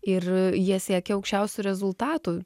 ir jie siekia aukščiausių rezultatų